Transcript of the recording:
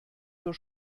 zur